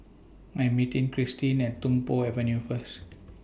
I'm meeting Kristine At Tung Po Avenue First